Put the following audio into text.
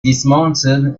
dismounted